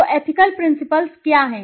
तो ethical principles क्या हैं